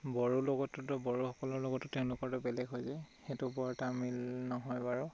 বড়ো লগতো ত' বড়োসকলৰ লগতো তেওঁলোকৰ বেলেগ হৈ যায় সেইটো বৰ এটা মিল নহয় বাৰু